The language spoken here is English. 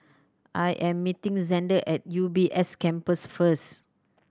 I am meeting Zander at U B S Campus first